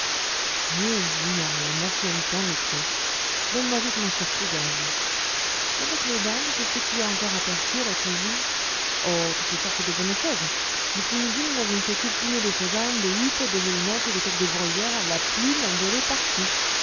jésus maria moi qui aime tant les truffes donne-moi vite mon surplis garrigou et avec les dindes qu'est-ce que tu as encore aperçu à la cuisine oh toutes sortes de bonnes choses depuis midi nous n'avons fait que plumer des faisans des huppes des gelinottes des coqs de bruyère la plume en volait partout